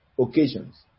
occasions